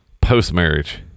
post-marriage